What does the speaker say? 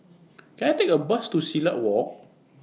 Can I Take A Bus to Silat Walk